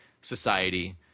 society